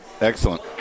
Excellent